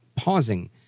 Pausing